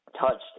touched